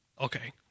Okay